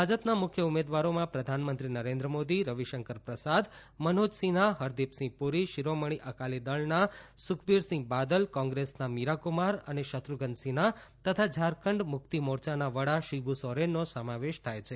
ભાજપના મુખ્ય ઉમેદવારોમાં પ્રધાનમંત્રી નરેન્દ્ર મોદી રવિશંકર પ્રસાદ મનોજ સિંહા હરદિપસિંહ પુરી શિરોમણી અકાલીદળના સુખબીરસિંહ બાદલ કોંગ્રેસના મીરા કુમાર અને શન્નુધ્ન સિંહા તથા ઝારખંડ મુક્તિ મોરચાના વડા શિબુ સોરેનનો સમાવેશ થાય છે